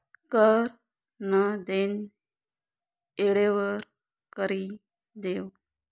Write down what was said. कर नं देनं येळवर करि देवं